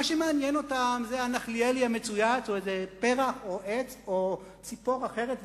מה שמעניין אותם זה הנחליאלי המצויץ או איזה פרח או עץ או ציפור אחת,